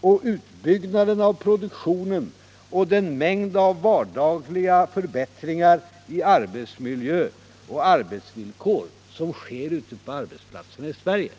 och utbyggnaden av produktionen och den mängd av vardagliga förbättringar i arbetsmiljö och arbetsvillkor som sker ute på arbetsplatserna i Sverige.